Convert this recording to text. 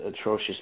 atrocious